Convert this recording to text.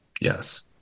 yes